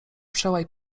przełaj